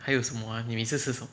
还有什么啊你每次吃什么